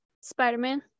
Spider-Man